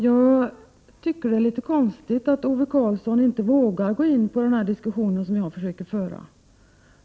Jag tycker att det är litet konstigt att Ove Karlsson inte vågar gå in på den diskussion som jag försöker föra.